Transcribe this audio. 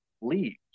leaves